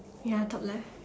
ya talk less